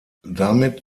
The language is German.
damit